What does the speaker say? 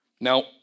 Now